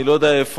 אני לא יודע איפה,